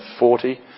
40